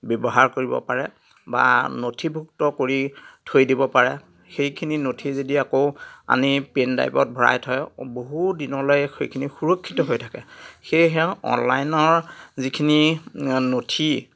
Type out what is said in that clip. ব্যৱহাৰ কৰিব পাৰে বা নথিভুক্ত কৰি থৈ দিব পাৰে সেইখিনি নথি যদি আকৌ আনি পেনড্ৰাইভত ভৰাই থয় বহুদিনলৈ সেইখিনি সুৰক্ষিত হৈ থাকে সেয়েহে অনলাইনৰ যিখিনি নথি